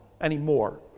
anymore